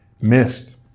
missed